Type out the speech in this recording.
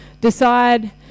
decide